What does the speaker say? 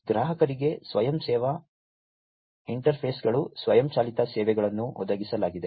ಆದ್ದರಿಂದ ಗ್ರಾಹಕರಿಗೆ ಸ್ವಯಂ ಸೇವಾ ಇಂಟರ್ಫೇಸ್ಗಳು ಸ್ವಯಂಚಾಲಿತ ಸೇವೆಗಳನ್ನು ಒದಗಿಸಲಾಗಿದೆ